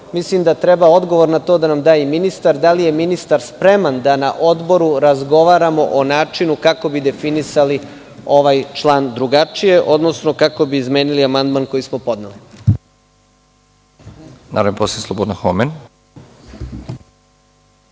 Mislim da treba odgovor na to da nam da i ministar, da li je ministar spreman da na odboru razgovaramo o načinu kako bi definisali ovaj član drugačije, odnosno kako bi izmenili amandman koji smo podneli. **Nebojša Stefanović**